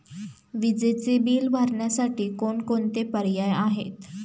विजेचे बिल भरण्यासाठी कोणकोणते पर्याय आहेत?